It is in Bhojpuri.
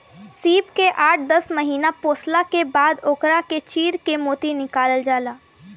सीप के आठ दस महिना पोसला के बाद ओकरा के चीर के मोती निकालल जाला